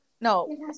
No